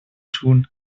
tun